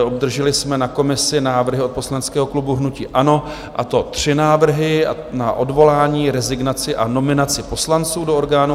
Obdrželi jsme na komisi návrhy od poslaneckého klubu hnutí ANO, a to tři návrhy, na odvolání, rezignaci a nominaci poslanců do orgánů